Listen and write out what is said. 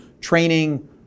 training